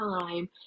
time